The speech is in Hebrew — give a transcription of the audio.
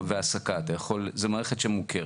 זו מערכת שמוכרת.